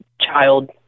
child